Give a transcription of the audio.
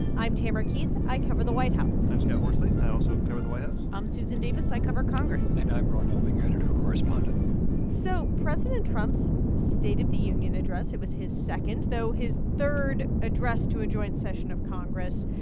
i'm tamara keith. i cover the white house i'm scott horsley. i also cover the white house i'm susan davis. i cover congress and i'm ron elving, editor-correspondent so president trump's state of the union address it was his second, though, his third address to a joint session of congress.